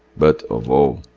but of all,